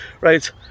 right